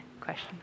question